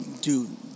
dude